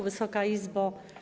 Wysoka Izbo!